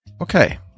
Okay